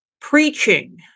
preaching